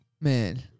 Man